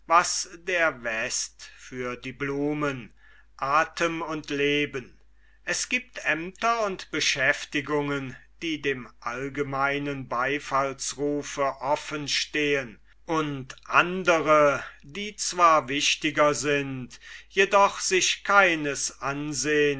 was der west für die blumen athem und leben es giebt aemter und beschäftigungen die dem allgemeinen beifallsrufe offen stehen und andre die zwar wichtiger sind jedoch sich keines ansehns